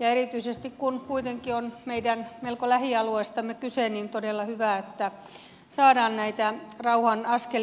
ja erityisesti kun kuitenkin on meidän melko lähialueestamme kyse on todella hyvä että saadaan näitä rauhan askelia otettua